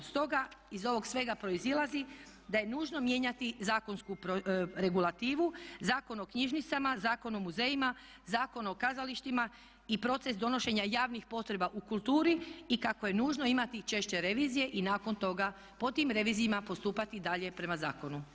Stoga iz ovog svega proizlazi da je nužno mijenjati zakonsku regulativu, Zakon o knjižnicama, Zakon o muzejima, Zakon o kazalištima i proces donošenja javnih potreba u kulturi i kako je nužno imati češće revizije i nakon toga po tim revizijama postupati dalje prema zakonu.